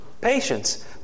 Patience